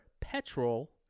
petrol